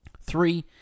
Three